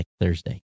thursday